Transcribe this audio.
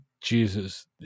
Jesus